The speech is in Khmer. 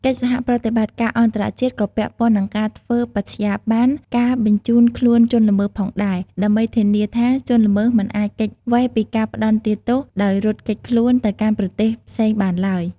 កិច្ចសហប្រតិបត្តិការអន្តរជាតិក៏ពាក់ព័ន្ធនឹងការធ្វើបត្យាប័នការបញ្ជូនខ្លួនជនល្មើសផងដែរ ដើម្បីធានាថាជនល្មើសមិនអាចគេចវេសពីការផ្តន្ទាទោសដោយរត់គេចខ្លួនទៅកាន់ប្រទេសផ្សេងបានឡើយ។